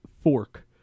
fork